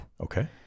Okay